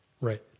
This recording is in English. Right